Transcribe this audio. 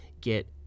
get